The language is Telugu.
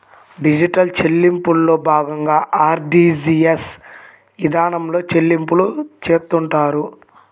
డిజిటల్ చెల్లింపుల్లో భాగంగా కంపెనీలు ఆర్టీజీయస్ ఇదానంలో చెల్లింపులు చేత్తుంటాయి